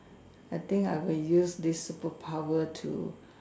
I think I will use this superpower to